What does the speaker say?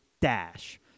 dash